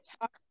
talk